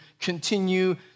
continue